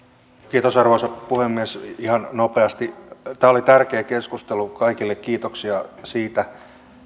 kiitos arvoisa puhemies ihan nopeasti tämä oli tärkeä keskustelu kaikille kiitoksia siitä